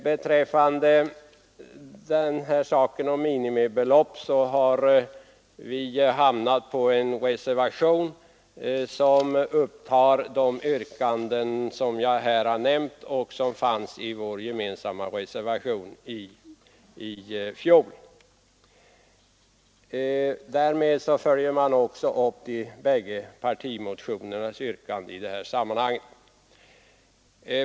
Beträffande frågan om minimibeloppet har vi hamnat på en reservation som upptar de yrkanden jag här nämnt och som också fanns i vår gemensamma reservation i fjol. Därmed följer man också upp de båda partimotionernas yrkanden i sammanhanget.